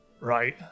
Right